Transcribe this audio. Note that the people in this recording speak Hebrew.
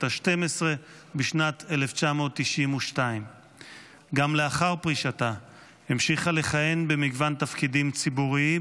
השתים-עשרה בשנת 1992. גם לאחר פרישתה המשיכה לכהן במגוון תפקידים ציבוריים.